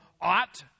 ought